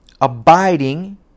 abiding